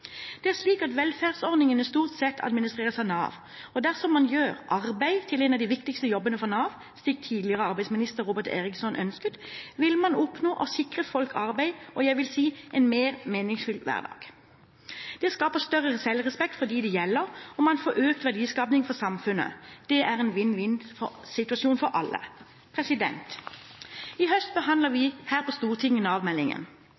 Det er slik at velferdsordningene stort sett administreres av Nav, og dersom man gjør arbeid til en av de viktigste jobbene for Nav, slik tidligere arbeidsminister Robert Eriksson ønsket, vil man oppnå å sikre folk arbeid og, jeg vil si, en mer meningsfylt hverdag. Det skaper større selvrespekt for dem det gjelder, og man får økt verdiskaping for samfunnet. Det er en vinn-vinn-situasjon for alle. I høst behandler vi